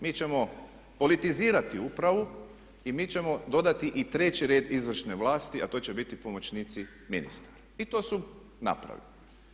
Mi ćemo politizirati upravu i mi ćemo dodati i treći red izvršne vlasti a to će biti pomoćnici ministara i to su napravili.